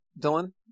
Dylan